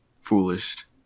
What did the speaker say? foolish